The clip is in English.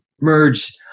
merge